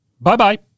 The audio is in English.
Bye-bye